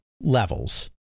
levels